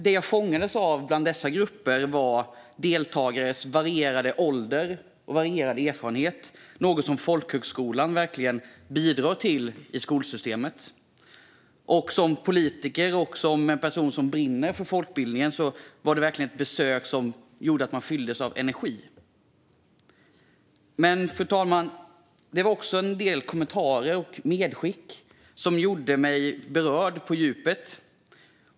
Det jag fångades av i dessa grupper var deltagarnas varierade ålder och erfarenhet, något som folkhögskolan verkligen bidrar till i skolsystemet. För mig som politiker och som en person som brinner för folkbildningen var det verkligen ett besök som gjorde att jag fylldes av energi. Fru talman! Jag fick också en del kommentarer och medskick som gjorde mig berörd på djupet.